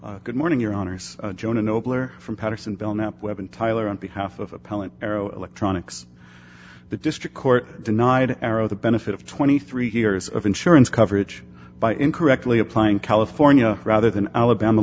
please good morning your honor jonah nobler from patterson belknap weapon tyler on behalf of appellate arrow electronics the district court denied arrow the benefit of twenty three years of insurance coverage by incorrectly applying california rather than alabama